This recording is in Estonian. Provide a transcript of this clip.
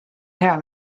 hea